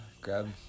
grab